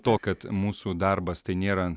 to kad mūsų darbas tai nėra